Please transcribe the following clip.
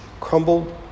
crumbled